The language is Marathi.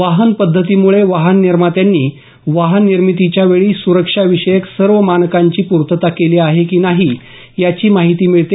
वाहन पद्धतीमुळे वाहन निर्मात्यांनी वाहन निर्मितीच्यावेळी सुरक्षाविषयक सर्व मानकांची पूर्तता केली आहे की नाही याची माहिती मिळते